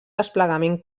desplegament